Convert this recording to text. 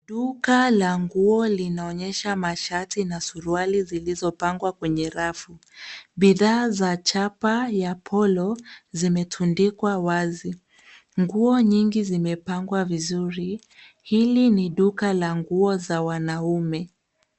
Duka la nguo linaaonyesha mashati na suruali zilizopangwa kwenye rafu. Bidhaa za chapa ya Polo zimetandikwa wazi. Nguo nyingi zimepangwa vizuri. Hili ni duka la nguo za wanaume.